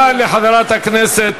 שרים.